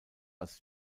als